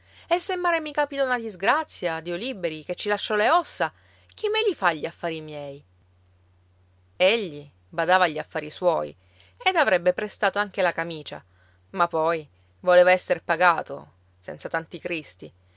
e se in mare mi capita una disgrazia dio liberi che ci lascio le ossa chi me li fa gli affari miei egli badava agli affari suoi ed avrebbe prestato anche la camicia ma poi voleva esser pagato senza tanti cristi